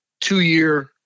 two-year